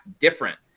different